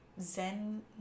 zen